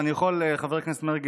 חבר הכנסת מרגי,